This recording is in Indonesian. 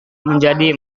menjadi